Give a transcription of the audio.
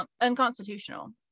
unconstitutional